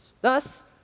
Thus